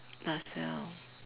Lasalle